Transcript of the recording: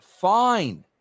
fine